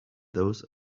those